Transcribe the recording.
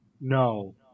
No